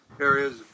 areas